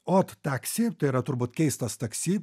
od taksi tai yra turbūt keistas taksi